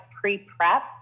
pre-prep